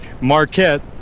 Marquette